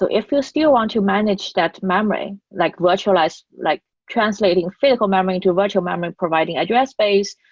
so if you still want to manage that memory, like virtualize, like translating physical memory to virtual memory providing address space,